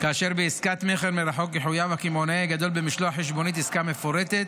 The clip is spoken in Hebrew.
כאשר בעסקת מכר מרחוק יחויב הקמעונאי הגדול במשלוח חשבונית עסקה מפורטת